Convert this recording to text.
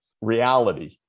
reality